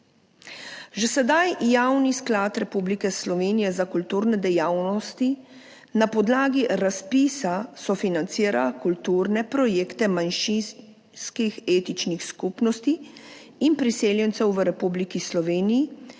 Že sedaj Javni sklad Republike Slovenije za kulturne dejavnosti na podlagi razpisa sofinancira kulturne projekte manjšinskih etničnih skupnosti in priseljencev v Republiki Sloveniji,